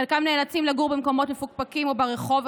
חלקם נאלצים לגור במקומות מפוקפקים או ברחוב,